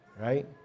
right